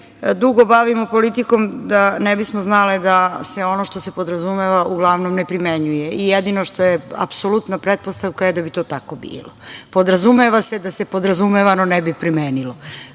dugo bavimo politikom da ne bismo znale da se sve ono što se podrazumeva uglavnom ne primenjuje. Jedino što je apsolutna pretpostavka je da bi to tako bilo. Podrazumeva se da se podrazumevano ne bi primenilo.